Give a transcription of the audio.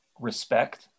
respect